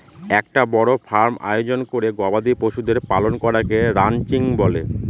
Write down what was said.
একটা বড় ফার্ম আয়োজন করে গবাদি পশুদের পালন করাকে রানচিং বলে